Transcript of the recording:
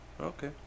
Okay